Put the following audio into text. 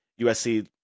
USC